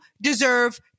deserve